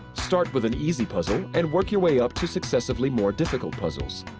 start with an easy puzzle, and work your way up to successively more difficult puzzles.